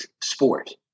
sport